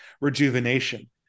rejuvenation